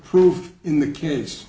proof in the case